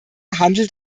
handelt